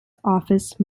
office